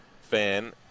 fan